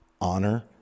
honor